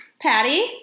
Patty